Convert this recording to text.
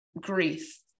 grief